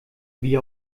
wie